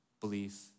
belief